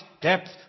depth